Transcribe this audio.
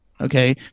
okay